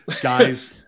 guys